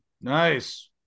Nice